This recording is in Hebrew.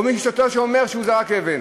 או ששוטר אומר, הוא זרק אבן.